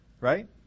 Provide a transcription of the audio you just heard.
right